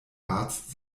arzt